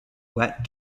wet